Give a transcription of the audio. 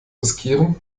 riskieren